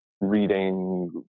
reading